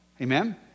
Amen